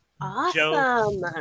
Awesome